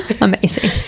amazing